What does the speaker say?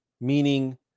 meaning